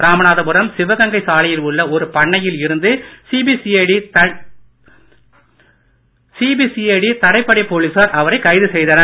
ராமநாதபுரம் சிவகங்கை சாலையில் உள்ள ஒரு பண்ணையில் இருந்து சிபிசிஐடி தனிப்படை போலீசார் அவரை கைது செய்தனர்